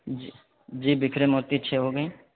جی جی بکھرے موتی چھ ہوگئیں